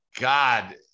God